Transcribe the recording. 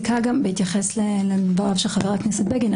בהתייחס לדבריו של חבר הכנסת בגין,